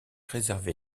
réservé